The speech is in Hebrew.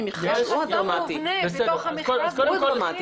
--- בתוך המכרז.